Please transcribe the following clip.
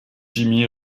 jimmy